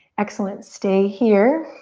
excellent, stay here.